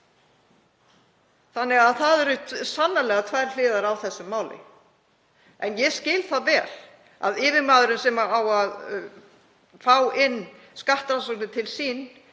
þannig að það eru sannarlega tvær hliðar á þessu máli. En ég skil það vel að yfirmaðurinn sem á að fá skattrannsóknir inn til sín